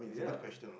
yeah